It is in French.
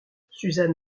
susan